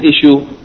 issue